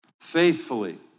faithfully